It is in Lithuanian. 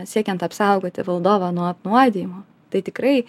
siekiant apsaugoti vadovą nuo apnuodijimo tai tikrai